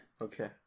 Okay